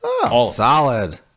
Solid